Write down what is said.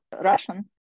Russian